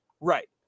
right